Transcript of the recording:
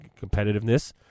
competitiveness